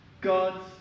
God's